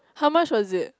how much was it